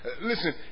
Listen